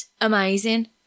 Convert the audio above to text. amazing